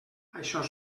això